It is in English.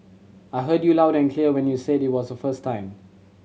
I heard you loud and clear when you said it was the first time